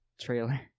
Trailer